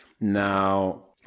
Now